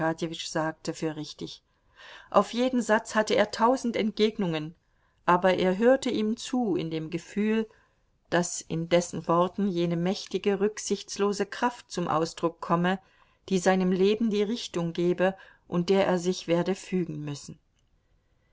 sagte für richtig auf jeden satz hatte er tausend entgegnungen aber er hörte ihm zu in dem gefühl daß in dessen worten jene mächtige rücksichtslose kraft zum ausdruck komme die seinem leben die richtung gebe und der er sich werde fügen müssen